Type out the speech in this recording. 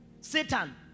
Satan